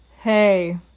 hey